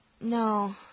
No